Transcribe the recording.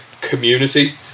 community